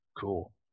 Cool